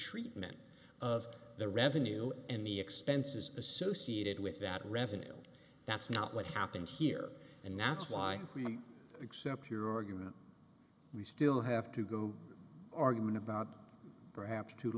treatment of the revenue and the expenses associated with that revenue that's not what happened here and that's why we accept your argument we still have to go argument about perhaps to